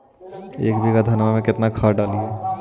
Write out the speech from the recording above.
एक बीघा धन्मा में केतना खाद डालिए?